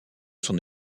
son